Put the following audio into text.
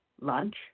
lunch